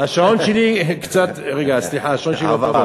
השעון שלי, סליחה, השעון שלי לא פה.